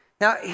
now